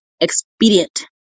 expedient